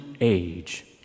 age